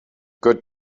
good